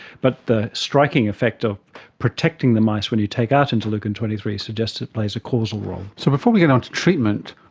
but the striking effect of protecting the mice when you take out interleukin twenty three suggests it plays a causal role. so before we get onto treatment,